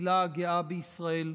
הקהילה הגאה בישראל,